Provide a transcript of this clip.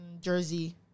Jersey